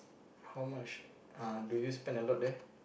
how much uh do you spend a lot there